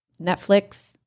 Netflix